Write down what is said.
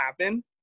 happen